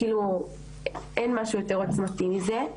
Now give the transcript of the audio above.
כאילו אין משהו יותר מועיל ועוצמתי מזה.